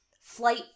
Flight